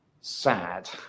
sad